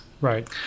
Right